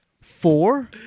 Four